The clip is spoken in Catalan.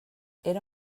era